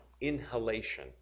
inhalation